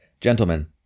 Gentlemen